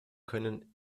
können